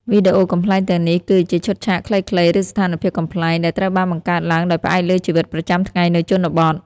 វីដេអូកំប្លែងទាំងនេះគឺ ជាឈុតឆាកខ្លីៗ ឬស្ថានភាពកំប្លែង ដែលត្រូវបានបង្កើតឡើងដោយផ្អែកលើជីវិតប្រចាំថ្ងៃនៅជនបទ។